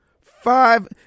Five